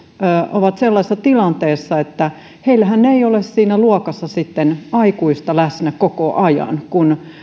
ovat sellaisessa tilanteessa että heillähän ei ole luokassa aikuista läsnä koko ajan kun